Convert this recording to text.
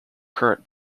current